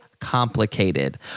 complicated